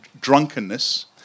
drunkenness